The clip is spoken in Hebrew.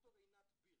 בירק,